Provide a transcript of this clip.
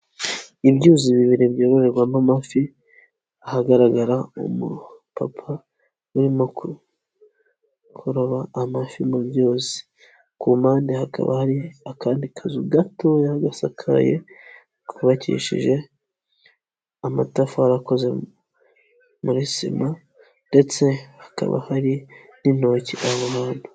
Ibyuzi bibiri byororerwamo amafi ahagaragara umupapa urimo ku kuroba amafi mu byuzi, ku mpande hakaba hari akandi kazu gato y'agasakaye kubakishije amatafari akoze muri sima ndetse hakaba hari n'into aho hantu.